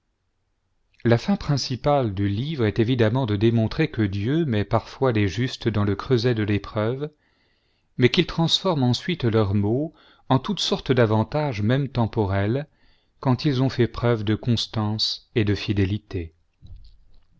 la fin principale du livre est évidemment de démontrer que dieu met parfois les justes dans le creuset de l'épreuve mais qu'il transforme ensuite leurs maux en toute sorte d'avantages même temporels quand ils ont fait preuve de constance et de fidélité